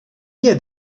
nie